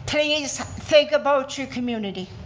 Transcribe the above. please think about your community.